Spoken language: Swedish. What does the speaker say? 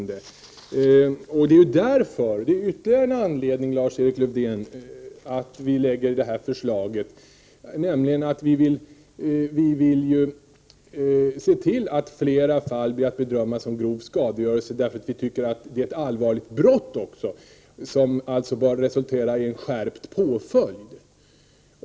Detta är ju ytterligare en anledning för oss att lägga fram vårt förslag. Vi vill se till att fler fall blir att bedöma som grov skadegörelse, eftersom vi tycker att klotter är ett allvarligt brott som också bör resultera i skärpt påföljd.